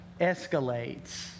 escalates